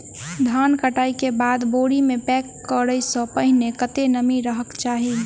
धान कटाई केँ बाद बोरी मे पैक करऽ सँ पहिने कत्ते नमी रहक चाहि?